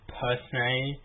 personally